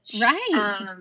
Right